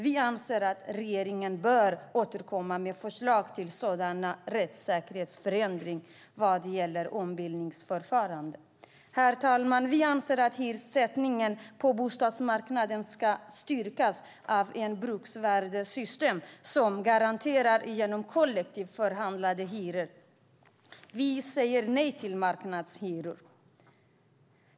Vi anser att regeringen bör återkomma med förslag till sådana rättssäkerhetsförändringar vad gäller ombildningsförfarande. Herr talman! Vi anser att hyressättningen på bostadsmarknaden ska styras av ett bruksvärdessystem som garanteras genom kollektivt förhandlade hyror. Vi säger nej till marknadshyror.